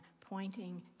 pointing